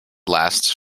lasts